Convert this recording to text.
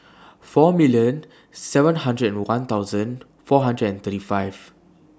four million seven hundred and one thousand four hundred and thirty five